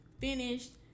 finished